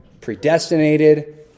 predestinated